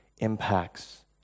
impacts